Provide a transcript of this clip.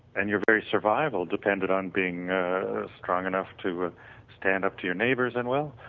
and your very survival depended on being strong enough to stand up to your neighbors and well,